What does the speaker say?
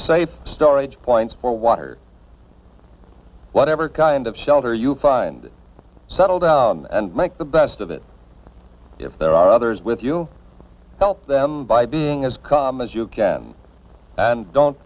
safe storage points for water whatever kind of shelter you find settle down and make the best of it if there are others with you help them by being as calm as you can and don't